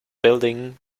building